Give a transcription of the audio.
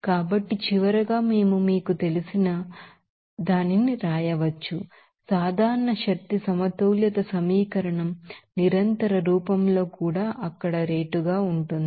కాబట్టి చివరగా మేము మీకు తెలిసిన దీనిని వ్రాయవచ్చు జనరల్ ఎనర్జీ బాలన్స్ ఈక్వేషన్ నిరంతర రూపంలో కూడా అక్కడ రేటుగా ఉంటుంది